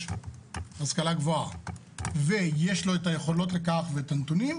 השכלה גבוהה ויש לו את היכולות לכך ואת הנתונים,